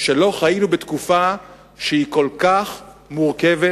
שלא חיינו בתקופה שהיא כל כך מורכבת,